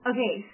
Okay